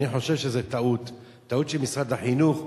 אני חושב שזו טעות של משרד החינוך.